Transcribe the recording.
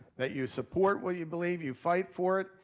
that you support what you believe, you fight for it,